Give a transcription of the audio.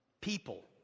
People